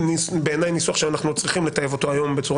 בעיניי זה ניסוח שאנחנו צריכים לטייב אותו היום בצורה